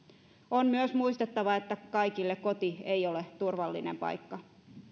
on myös muistettava että kaikille koti ei ole turvallinen paikka muun muassa